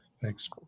Thanks